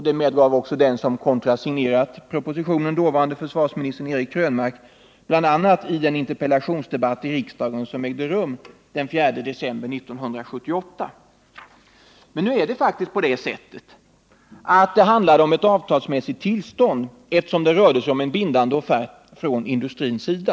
Det medgav också den som kontrasignerat propositionen, dåvarande försvarsministern Eric Krönmark, bl.a. i den interpellationsdebatt i riksdagen som ägde rum den 4 december 1978. Men om detta kan dock sägas att det handlade om ett avtalsmässigt tillstånd, eftersom den avgivna offerten var bindande från industrins sida.